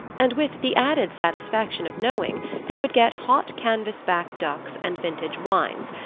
and with the added satisfaction of knowing they would get hot canvas-back ducks and vintage wines,